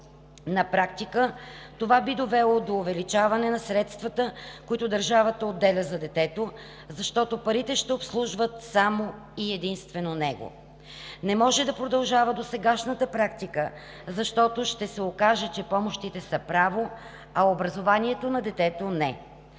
На практика това би довело дори до увеличаване на средствата, които държавата отделя за детето, защото парите ще обслужват само и единствено него. Не може да продължава досегашната практика, защото ще се окаже, че помощите са право, а образованието на детето – не.